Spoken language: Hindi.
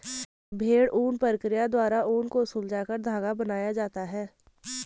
भेड़ ऊन प्रक्रिया द्वारा ऊन को सुलझाकर धागा बनाया जाता है